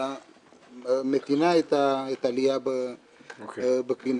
אלא מכינה את העלייה בקרינה.